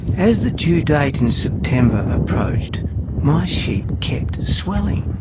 as the due date in september approached my sheep kept swelling,